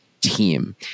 team